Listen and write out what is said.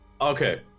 Okay